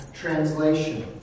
translation